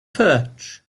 perch